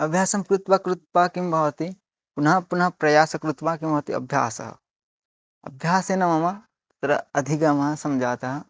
अभ्यासं कृत्वा कृत्वा किं भवति पुनः पुनः प्रयासः कृत्वा किं भवति अभ्यासः अभ्यासेन मम अत्र अधिगमः सञ्जातः